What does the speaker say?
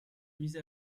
mise